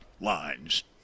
lines